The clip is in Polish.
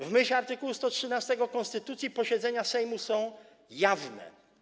W myśl art. 113 konstytucji posiedzenia Sejmu są jawne.